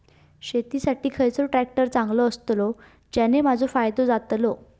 शेती साठी खयचो ट्रॅक्टर चांगलो अस्तलो ज्याने माजो फायदो जातलो?